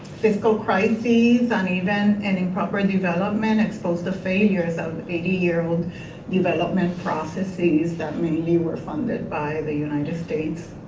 fiscal crises and events and improper and development exposed the failures of eighty year old development processes that mainly were funded by the united states.